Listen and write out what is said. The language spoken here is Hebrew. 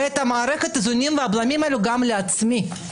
ואת מערכת האיזונים והבלמים הזאת גם לעצמי.